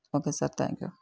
okay sir thank you